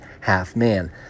half-man